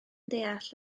deall